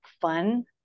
fun